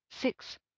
Six